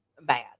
bad